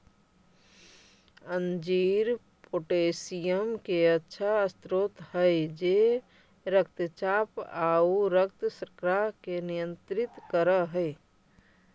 अंजीर पोटेशियम के अच्छा स्रोत हई जे रक्तचाप आउ रक्त शर्करा के नियंत्रित कर हई